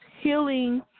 healing